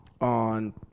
on